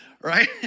Right